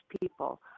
people